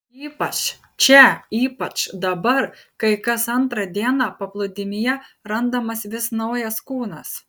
ypač čia ypač dabar kai kas antrą dieną paplūdimyje randamas vis naujas kūnas